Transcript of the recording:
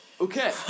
Okay